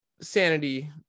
sanity